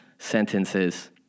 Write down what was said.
sentences